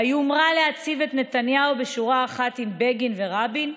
היומרה להציב את נתניהו בשורה אחת עם בגין ורבין,